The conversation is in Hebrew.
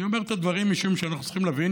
אני אומר את הדברים משום שאנחנו צריכים להבין